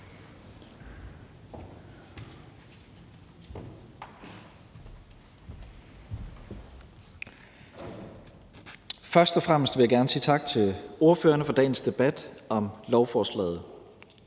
Først og fremmest vil jeg gerne sige tak til ordførerne for dagens debat om lovforslaget.